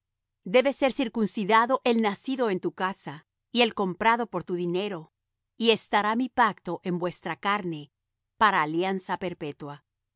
debe ser circuncidado el nacido en tu casa y el comprado por tu dinero y estará mi pacto en vuestra carne para alianza perpetua